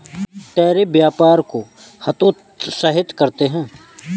tariff व्यापार को हतोत्साहित करते हैं